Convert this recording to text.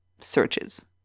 searches